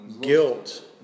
Guilt